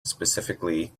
specifically